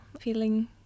feeling